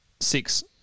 six